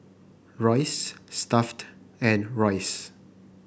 Royce Stuff'd and Royce